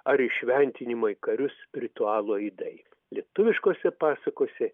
ar įšventinimo į karius ritualo aidai lietuviškose pasakose